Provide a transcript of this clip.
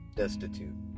destitute